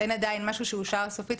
אין עדיין משהו שאושר סופית,